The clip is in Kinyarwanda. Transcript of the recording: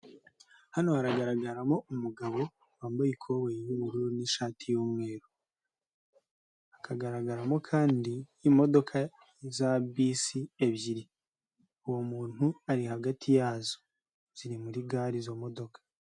Hano haragaragaramo umugabo wambaye ikoboyi y'ubururu n'ishati y'umweru, hakagaragaramo kandi imodoka za bisi ebyiri, uwo muntu ari hagati yazo, ziri muri gare izo modoka.